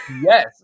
Yes